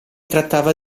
trattava